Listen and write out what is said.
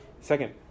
second